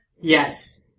Yes